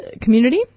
community